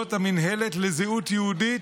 פעולות המינהלת לזהות יהודית,